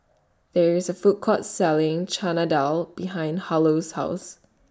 There IS Food Court Selling Chana Dal behind Harlow's House